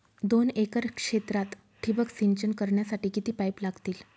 दोन एकर क्षेत्रात ठिबक सिंचन करण्यासाठी किती पाईप लागतील?